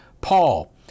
Paul